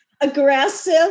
aggressive